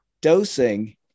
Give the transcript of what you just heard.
dosing